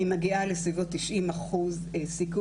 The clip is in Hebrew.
נשים שרוצות לשמר פוריות בגלל הירידה הצפויה בפוריות שלהן שקשורה